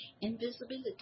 invisibility